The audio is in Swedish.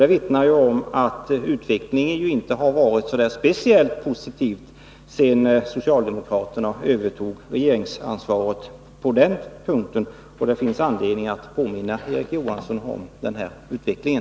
Det vittnar om att utvecklingen inte varit speciellt positiv sedan socialdemokraterna övertog regeringsansvaret, och det finns anledning att påminna Erik Johansson om den här utvecklingen.